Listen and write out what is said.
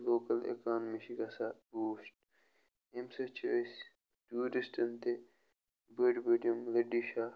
local economy چھِ گژھان boost اَمہِ سۭتۍ چھِ أسۍ ٹوٗرِسٹَن تہِ بٔڑۍ بٔڑۍ یِم لٔڑی شاہ